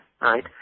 right